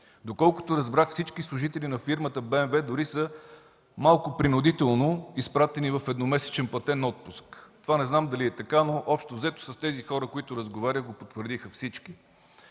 доколкото разбрах, всички служители на фирмата БМВ дори са малко принудително изпратени в едномесечен платен отпуск. Това не знам дали е така, но, общо взето, тези хора, с които разговарях, го потвърдиха всички.